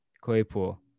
Claypool